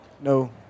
No